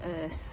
earth